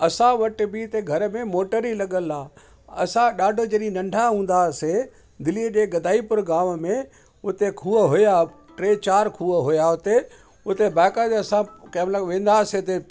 असां वटि बि हिते घर में मोटर ई लॻल आहे असां ॾाढो जॾहिं नंढा हूंदा हुआसीं दिलीअ जे गदाईपुर गांव में उते खूह हुया टे चार खूह हुया हुते उते बाक़ाइदा सभु कंहिं महिल वेंदा हुआसीं हुते